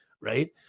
right